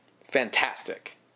Fantastic